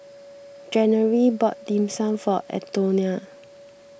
January bought Dim Sum for Antonia